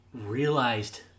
realized